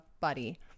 buddy